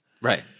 Right